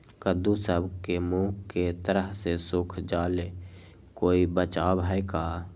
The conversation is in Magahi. कददु सब के मुँह के तरह से सुख जाले कोई बचाव है का?